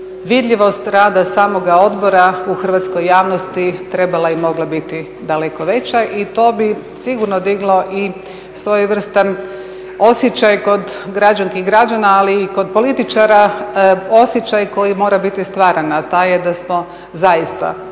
vidljivost rada samoga odbora u hrvatskoj javnosti trebala i mogla biti daleko veća. I to bi sigurno diglo i svojevrstan osjećaj kod građanki i građana ali i kod političara osjećaj koji mora biti stvaran, a taj je da smo zaista 28.